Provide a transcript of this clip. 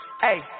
Hey